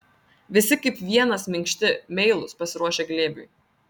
visi kaip vienas minkšti meilūs pasiruošę glėbiui